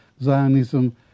Zionism